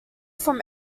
from